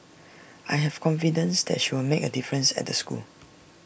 I have confidence that she'll make A difference at the school